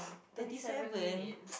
thirty seven minute